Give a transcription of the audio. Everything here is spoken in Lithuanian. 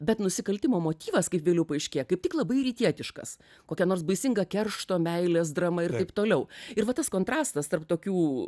bet nusikaltimo motyvas kaip vėliau paaiškėja kaip tik labai rytietiškas kokia nors baisinga keršto meilės drama ir taip toliau ir va tas kontrastas tarp tokių